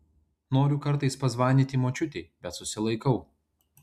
noriu kartais pazvanyti močiutei bet susilaikau